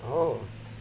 oh